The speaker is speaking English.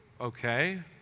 okay